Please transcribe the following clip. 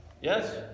Yes